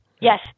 yes